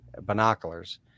binoculars